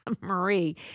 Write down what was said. Marie